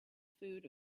food